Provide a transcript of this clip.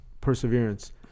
perseverance